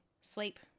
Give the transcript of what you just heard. sleep